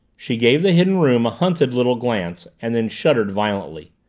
she gave the hidden room a hunted little glance and then shuddered violently.